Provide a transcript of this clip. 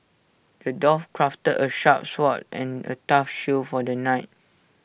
the dwarf crafted A sharp sword and A tough shield for the knight